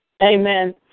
Amen